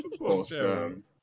awesome